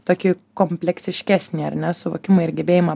tokį kompleksiškesnį ar ne suvokimą ir gebėjimą